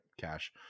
cash